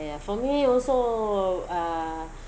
ya for me also uh